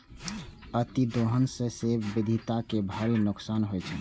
अतिदोहन सं जैव विविधता कें भारी नुकसान होइ छै